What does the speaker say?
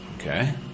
okay